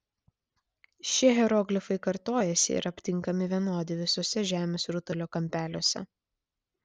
šie hieroglifai kartojasi ir aptinkami vienodi visuose žemės rutulio kampeliuose